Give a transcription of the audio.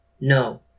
No